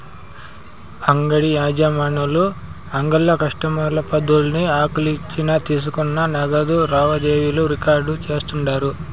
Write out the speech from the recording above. అంగిడి యజమానులు ఆళ్ల కస్టమర్ల పద్దుల్ని ఆలిచ్చిన తీసుకున్న నగదు లావాదేవీలు రికార్డు చేస్తుండారు